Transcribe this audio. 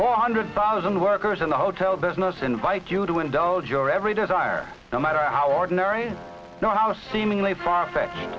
four hundred thousand workers in the hotel business invite you to indulge your every desire no matter how ordinary now the seemingly far fetched